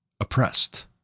oppressed